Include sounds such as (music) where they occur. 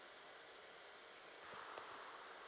(breath)